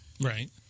Right